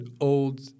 old